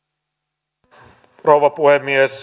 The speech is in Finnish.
arvoisa rouva puhemies